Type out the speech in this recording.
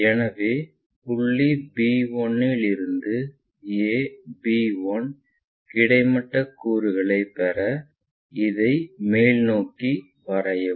எனவே புள்ளி b1 இதிலிருந்து ab1 கிடைமட்ட கூறுகளைப் பெற இதை மேல் நோக்கி வரையவும்